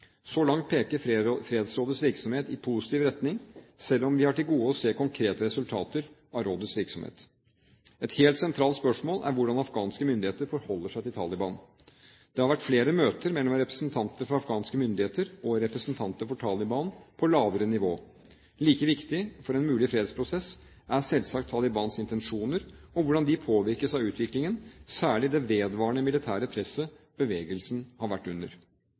Så langt peker fredsrådets virksomhet i positiv retning, selv om vi har til gode å se konkrete resultater av rådets virksomhet. Et helt sentralt spørsmål er hvordan afghanske myndigheter forholder seg til Taliban. Det har vært flere møter mellom representanter for afghanske myndigheter og representanter for Taliban på lavere nivå. Like viktig for en mulig fredsprosess er selvsagt Talibans intensjoner og hvordan de påvirkes av utviklingen, særlig det vedvarende militære presset bevegelsen har vært under.